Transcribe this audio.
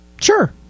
Sure